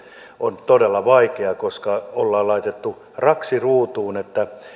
on todella vaikea koska ollaan laitettu raksi ruutuun että